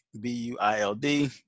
B-U-I-L-D